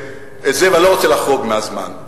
ואני לא רוצה לחרוג מהזמן.